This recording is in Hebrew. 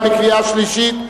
נא להצביע בקריאה שלישית.